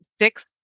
six